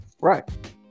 Right